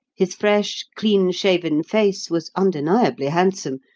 his fresh, clean-shaven face was undeniably handsome,